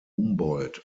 humboldt